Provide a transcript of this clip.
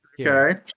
Okay